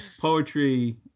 poetry